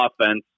offense